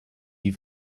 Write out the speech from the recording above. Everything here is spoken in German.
die